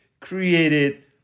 created